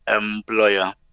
employer